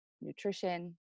nutrition